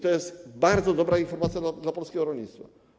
To jest bardzo dobra informacja dla polskiego rolnictwa.